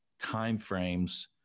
timeframes